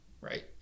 right